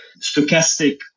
stochastic